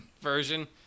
Version